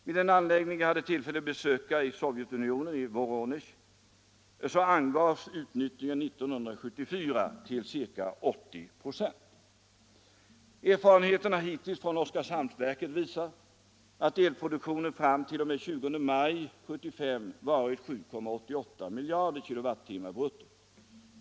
Vid den anläggning som jag hade tillfälle att besöka i Voronesj i Sovjetunionen angavs utnyttjningen 1974 till ca 80 96. Erfarenheterna hittills från Oskarshamnsverket visar att elproduktionen fram till den 20 maj i år varit 7,88 miljarder kWh brutto.